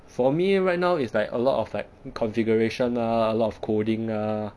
for me right now is like a lot of like configuration ah a lot of coding ah